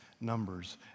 Numbers